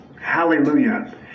Hallelujah